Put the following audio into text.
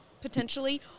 potentially